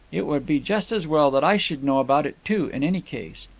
it would be just as well that i should know about it too, in any case.